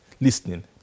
listening